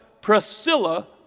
Priscilla